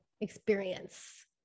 experience